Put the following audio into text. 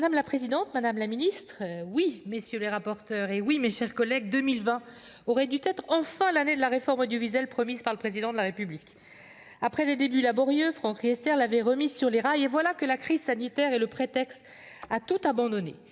Madame la présidente, madame la ministre, madame, messieurs les rapporteurs, mes chers collègues, oui, 2020 aurait dû être enfin l'année de la réforme audiovisuelle promise par le Président de la République ! Après des débuts laborieux, Franck Riester l'avait remise sur les rails ; voilà que la crise sanitaire est le prétexte à tout abandonner